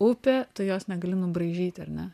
upė tu jos negali nubraižyti ar ne